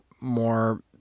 more